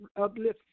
uplift